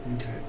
Okay